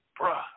Bruh